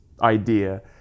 idea